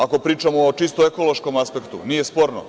Ako pričamo o čistoj ekološkom aspektu nije sporno.